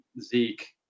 Zeke